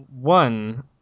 One